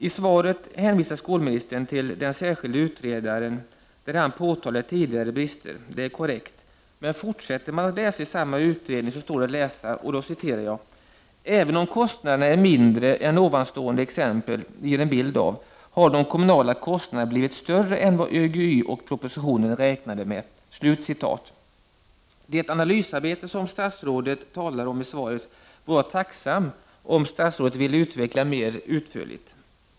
I svaret hänvisar skolministern till den särskilde utredaren, som påtalar tidigare brister — det är korrekt — men i samma utredning står det också att läsa: ”Även om kostnaderna är mindre än ovanstående exempel ger en bild av har de kommunala kostnaderna blivit större än vad ÖGY och propositionen räknade med.” Det analysarbete som statsrådet talar om i svaret vore jag tacksam om statsrådet ville utveckla mer utförligt.